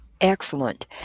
Excellent